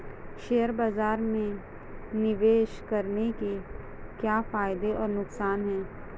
Share बाज़ार में निवेश करने के क्या फायदे और नुकसान हैं?